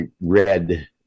read